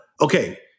okay